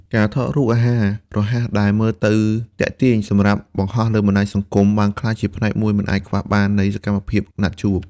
ការថតរូបភាពអាហាររហ័សដែលមើលទៅទាក់ទាញសម្រាប់បង្ហោះលើបណ្ដាញសង្គម បានក្លាយជាផ្នែកមួយមិនអាចខ្វះបាននៃសកម្មភាពណាត់ជួប។